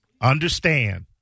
understand